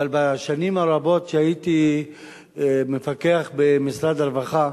בשנים הרבות שהייתי מפקח במשרד הרווחה,